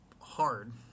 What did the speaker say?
hard